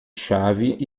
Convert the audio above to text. chave